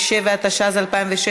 וחבר הכנסת איל בן ראובן,